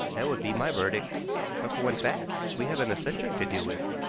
that would be my verdict but for one fact we have an eccentric to deal with.